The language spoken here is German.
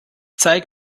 zeig